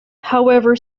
however